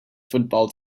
football